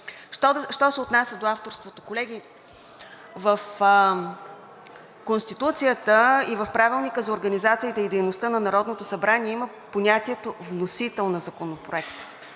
Що се отнася до авторството. Колеги, в Конституцията и в Правилника за организацията и дейността на Народното събрание има понятието „вносител на законопроект“.